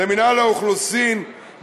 למינהל האוכלוסין,